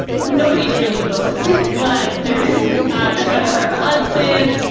nobody's really both. but there's jennifer hudson.